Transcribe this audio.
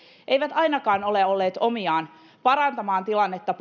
ei ole ollut omiaan ainakaan parantamaan tilannetta